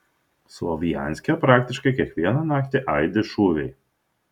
slovjanske praktiškai kiekvieną naktį aidi šūviai